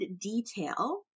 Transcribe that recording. detail